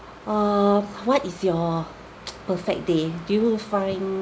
err what is your perfect day do you find